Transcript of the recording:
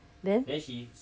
then